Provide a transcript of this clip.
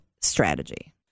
strategy